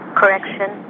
correction